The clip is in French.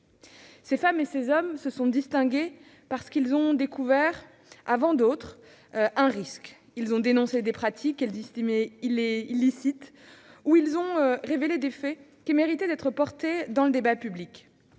Ces femmes et ces hommes se sont distingués, parce qu'ils ont découvert avant d'autres un risque. Ils ont dénoncé des pratiques qu'ils estimaient illicites ou ils ont révélé des faits qui méritaient d'être portés dans le débat public.